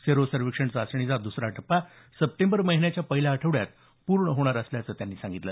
sero सर्वेक्षण चाचणीचा दसरा टप्पा सप्टेंबर महिन्याच्या पहिल्या आठवड्यात पूर्ण होणार असल्याचं त्यांनी सांगितलं